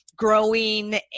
Growing